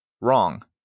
Wrong